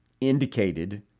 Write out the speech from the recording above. indicated